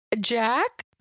Jack